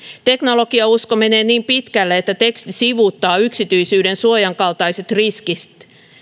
teknologiausko menee niin pitkälle että teksti sivuuttaa yksityisyydensuojan kaltaiset riskit